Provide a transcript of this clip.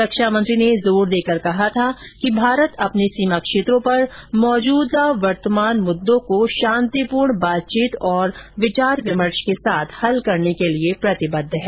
रक्षा मंत्री ने जोर देकर कहा था कि भारत अपने सीमा क्षेत्रों पर मौजूद वर्तमान मुद्दों को शांतिपूर्ण बातचीत और विचार विमर्श के साथ हल करने के लिए प्रतिबद्ध है